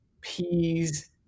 peas